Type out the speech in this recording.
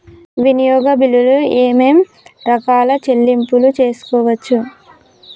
వినియోగ బిల్లులు ఏమేం రకాల చెల్లింపులు తీసుకోవచ్చు?